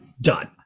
done